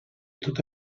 tot